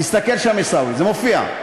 תסתכל שם, עיסאווי, זה מופיע.